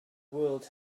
world